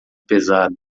pesada